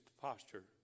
posture